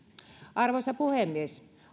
arvoisa puhemies